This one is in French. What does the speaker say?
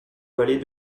valets